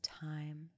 time